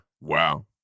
Wow